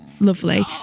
Lovely